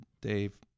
Dave